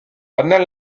pendant